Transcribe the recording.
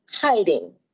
hiding